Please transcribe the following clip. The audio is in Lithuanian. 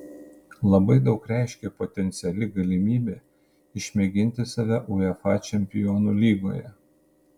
labai daug reiškė potenciali galimybė išmėginti save uefa čempionų lygoje